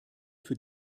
für